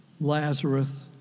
Lazarus